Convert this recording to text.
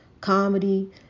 comedy